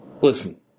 listen